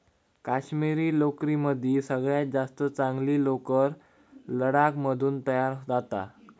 काश्मिरी लोकरीमदी सगळ्यात जास्त चांगली लोकर लडाख मधून तयार जाता